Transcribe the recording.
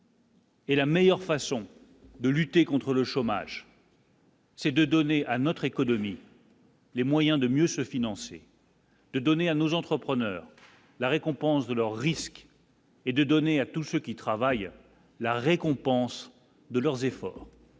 Et la meilleure façon de lutter contre le chômage. C'est de donner à notre économie. Les moyens de mieux se financer. De donner à nos entrepreneurs la récompense de leurs risques. Et de donner à tous ceux qui travaillent la récompense de leurs efforts,